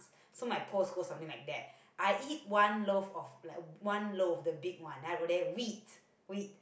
so my post goes something like that I eat one loaf of like one loaf the big one then I wrote there wheat wheat